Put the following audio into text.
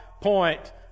point